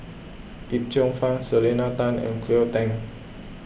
Yip Cheong Fun Selena Tan and Cleo Thang